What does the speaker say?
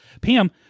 Pam